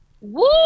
Woo